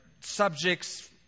subjects